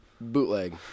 bootleg